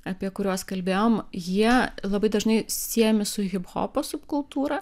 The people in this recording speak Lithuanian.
apie kuriuos kalbėjom jie labai dažnai siejami su hiphopo subkultūra